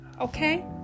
okay